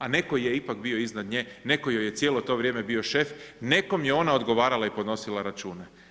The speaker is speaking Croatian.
A netko je ipak bio iznad nje, netko joj je cijelo to vrijeme bio šef, nekome je ona odgovarala i podnosila račune.